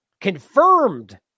confirmed